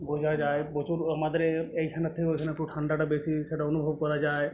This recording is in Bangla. বোঝা যায় আমাদের এই এইখানের থেকেও ওইখানে খুব ঠান্ডাটা বেশি সেটা অনুভব করা যায়